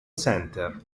center